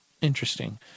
Interesting